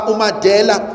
Umadela